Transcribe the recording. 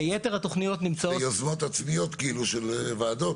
יתר התוכניות --- אלה יוזמות עצמאיות של וועדות.